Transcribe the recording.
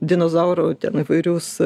dinozaurų ten įvairius